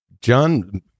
John